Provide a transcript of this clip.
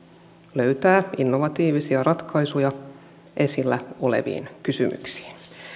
löytää innovatiivisia ratkaisuja esillä oleviin kysymyksiin